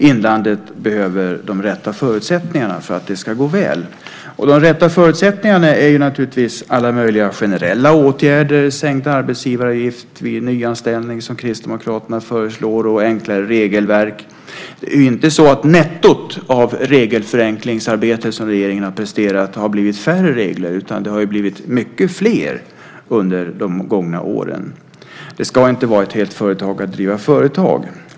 Inlandet behöver de rätta förutsättningarna för att det ska gå väl, och de rätta förutsättningarna är naturligtvis alla möjliga generella åtgärder. En sådan är sänkt arbetsgivaravgift vid nyanställning, vilket Kristdemokraterna föreslår, samt enklare regelverk. Nettot av det regelförenklingsarbete som regeringen presterat har ju inte blivit att vi fått färre regler, utan reglerna har i stället blivit många fler under de gångna åren. Det ska inte behöva vara ett helt företag att driva företag.